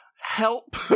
help